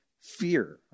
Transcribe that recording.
fear